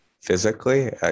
physically